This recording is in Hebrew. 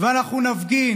ואנחנו נפגין,